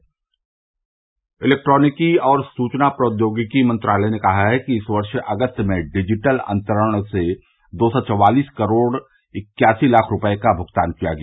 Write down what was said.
सूचना प्रौद्योगिकी इलेक्ट्रॉनिकी और सूचना प्रौद्योगिकी मंत्रालय ने कहा है कि इस वर्ष अगस्त में डिजिटल अंतरण से दो सौ चौवालीस करोड़ इक्यासी लाख रुपये का भुगतान किया गया